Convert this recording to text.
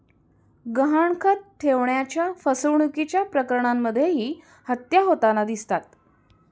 गहाणखत ठेवण्याच्या फसवणुकीच्या प्रकरणांमध्येही हत्या होताना दिसतात